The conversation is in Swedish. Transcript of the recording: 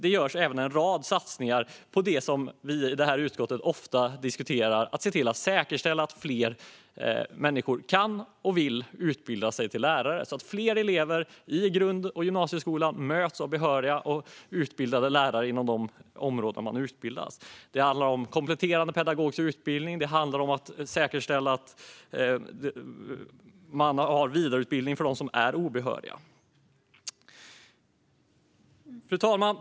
Det görs även en rad satsningar på det som utskottet ofta diskuterar: att säkerställa att fler kan och vill utbilda sig till lärare, så att fler elever i grund och gymnasieskolan ska mötas av behöriga och utbildade lärare inom de områden man läser. Det handlar om kompletterande pedagogisk utbildning och om vidareutbildning för dem som är obehöriga. Fru talman!